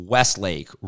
Westlake